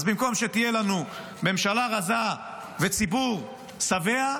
אז במקום שתהיה לנו ממשלה רזה וציבור שבע,